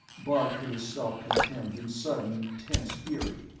bart hid his self-contempt in sudden, tense fury.